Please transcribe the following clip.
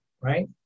right